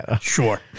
Sure